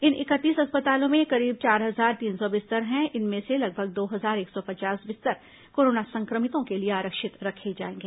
इन इकतीस अस्पतालों में करीब चार हजार तीन सौ बिस्तर है इनमें से लगभग दो हजार एक सौ पचास बिस्तर कोरोना संक्रमितों के लिए आरक्षित रखे जाएंगे